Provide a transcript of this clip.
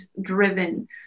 driven